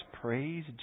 Praise